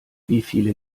wieviele